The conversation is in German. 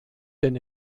denn